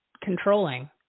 controlling